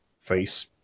face